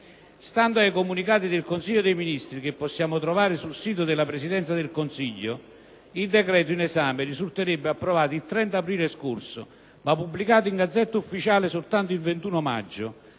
Stando ai comunicati del Consiglio dei ministri che possiamo trovare sul sito della Presidenza del Consiglio, il decreto in esame risulterebbe approvato il 30 aprile scorso, ma pubblicato in *Gazzetta Ufficiale* soltanto il 21 maggio,